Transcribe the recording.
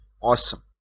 awesome